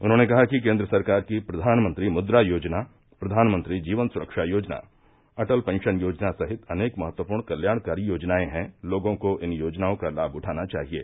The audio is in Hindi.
उन्होंने कहा कि केन्द्र सरकार की प्रधानमंत्री मुद्रा योजना प्रधानमंत्री जीवन सुरक्षा योजना अटल पेंशन योजना सहित अनेक महत्वपूर्ण कल्याणकारी योजनायें है लोगों को इन योजनाओं का लाम उठाना चाहिये